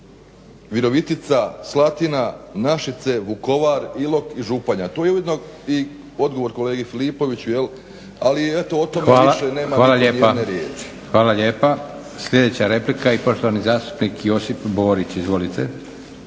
Hvala lijepa. Sljedeća replika i poštovani zastupnik Josip Borić. Izvolite.